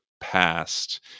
past